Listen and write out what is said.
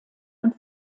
und